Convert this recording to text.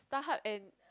Starhub and